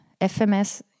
FMS